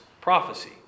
prophecy